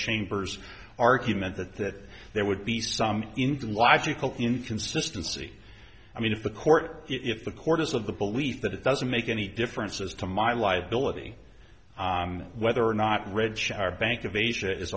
chambers argument that that there would be some into logical inconsistency i mean if the court if the court is of the belief that it doesn't make any difference as to my live billing whether or not rich are bank of asia is